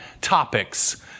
topics